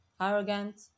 Arrogant